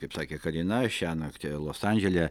kaip sakė karina šiąnakt los andžele